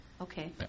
Okay